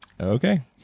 okay